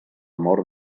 mort